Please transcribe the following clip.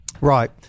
Right